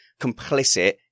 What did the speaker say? complicit